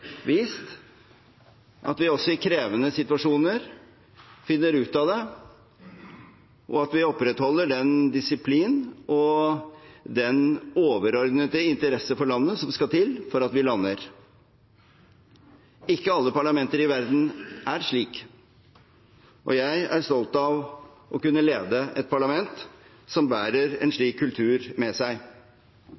vist at vi også i krevende situasjoner finner ut av det, og at vi opprettholder den disiplin og den overordnede interesse for landet som skal til for at vi lander. Ikke alle parlamenter i verden er slik, og jeg er stolt av å kunne lede et parlament som bærer en